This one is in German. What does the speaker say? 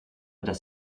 dass